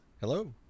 hello